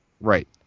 right